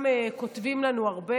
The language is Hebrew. הם גם כותבים לנו הרבה,